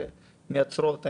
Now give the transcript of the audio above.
שמייצרות?